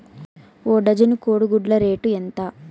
ఒక డజను కోడి గుడ్ల రేటు ఎంత?